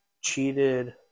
cheated